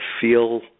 feel